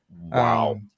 Wow